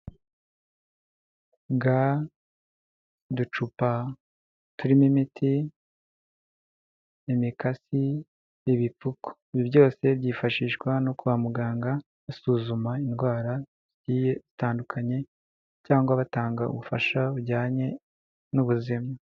Ga, uducupa turimo imiti, imikasi, ibipfuko. Ibi byose byifashishwa no kwa muganga basuzuma indwara zigiye zitandukanye cyangwa batanga ubufasha bujyanye n'ubuzima.